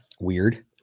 weird